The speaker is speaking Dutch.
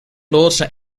loodsen